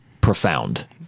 profound